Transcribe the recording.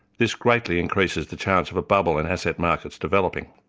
this greatly increases the chance of a bubble and asset markets developing.